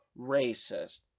racist